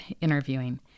interviewing